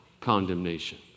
condemnation